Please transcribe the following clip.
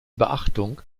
beachtung